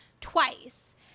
twice